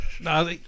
no